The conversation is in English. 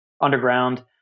underground